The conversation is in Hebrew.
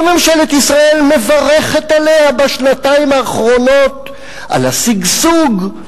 שממשלת ישראל מברכת עליה בשנתיים האחרונות: על השגשוג,